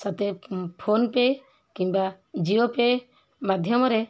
ସତେ ଫୋନ୍ପେ କିମ୍ବା ଜିଓ ପେ ମାଧ୍ୟମରେ